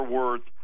words